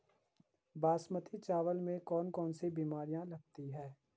बासमती चावल में कौन कौन सी बीमारियां लगती हैं?